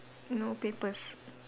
no papers